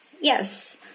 Yes